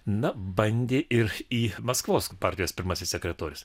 na bandė ir į maskvos partijos pirmasis sekretorius